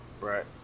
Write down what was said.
Right